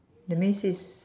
that means is